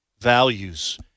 values